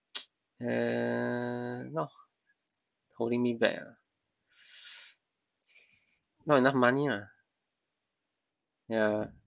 uh not holding me back ah not enough money lah yeah